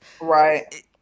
right